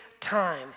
time